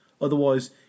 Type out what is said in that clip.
Otherwise